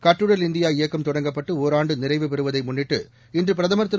கட்டுடல் இந்தியா இயக்கம் தொடங்கப்பட்டு ஓராண்டு நிறைவு பெறுவதை முன்னிட்டு இன்று பிரதமர் திரு